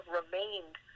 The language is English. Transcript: remained